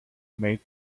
made